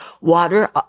water